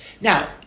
Now